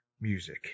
music